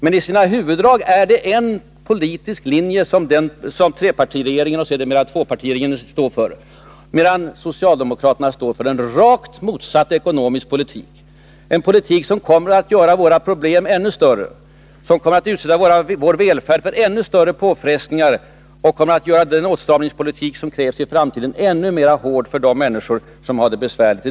Men i sina huvuddrag är det en politisk linje som trepartiregeringen och sedermera tvåpartiregeringen stått för, medan socialdemokraterna står för en rakt motsatt ekonomisk politik — en politik som kommer att göra våra problem ännu större, som kommer att utsätta vår välfärd för ännu större påfrestningar och som kommer att göra den åtstramningspolitik som krävs i framtiden ännu hårdare för de människor som har det besvärligt.